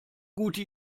gute